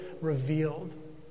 revealed